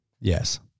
Yes